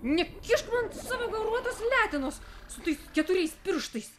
nekišk man savo gauruotos letenos su tais keturiais pirštais